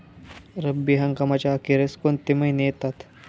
रब्बी हंगामाच्या अखेरीस कोणते महिने येतात?